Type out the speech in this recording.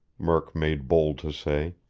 murk made bold to say,